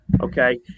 okay